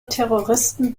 terroristen